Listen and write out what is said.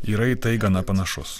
yra į tai gana panašus